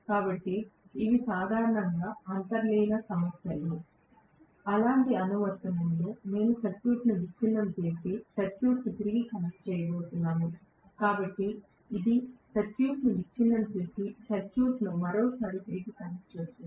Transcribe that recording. కాబట్టి ఇవి సాధారణంగా అంతర్లీన సమస్యలు అలాంటి అనువర్తనంలో నేను సర్క్యూట్ను విచ్ఛిన్నం చేసి సర్క్యూట్ను తిరిగి కనెక్ట్ చేయబోతున్నాను కాబట్టి ఇది సర్క్యూట్ను విచ్ఛిన్నం చేసి సర్క్యూట్ను మరోసారి తిరిగి కనెక్ట్ చేస్తుంది